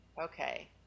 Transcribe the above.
Okay